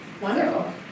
Wonderful